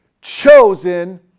chosen